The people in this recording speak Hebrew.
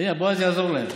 הינה, בועז יעזור להם.